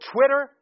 Twitter